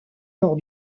lors